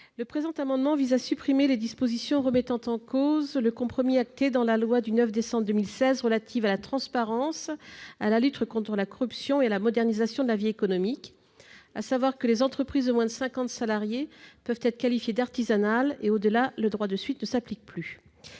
Le présent amendement vise à supprimer les dispositions remettant en cause le compromis pris en compte dans la loi du 9 décembre 2016 relative à la transparence, à la lutte contre la corruption et à la modernisation de la vie économique, à savoir que les entreprises de moins 50 salariés peuvent être qualifiées d'artisanales et que, au-delà, le droit de suite ne s'applique plus.